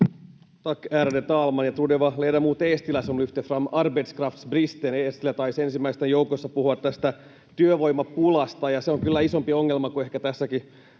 Tack, ärade talman! Jag tror det var ledamot Eestilä som lyfte fram arbetskraftsbristen. Eestilä taisi ensimmäisten joukossa puhua tästä työvoimapulasta, ja se on kyllä isompi ongelma kuin ehkä tässäkin